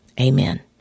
amen